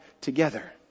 together